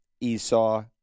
esau